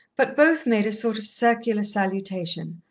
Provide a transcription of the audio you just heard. but both made a sort of circular salutation,